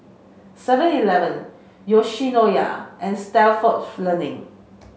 Seven eleven Yoshinoya and Stalford Learning